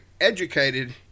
educated